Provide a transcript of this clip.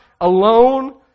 alone